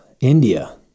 India